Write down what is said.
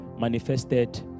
manifested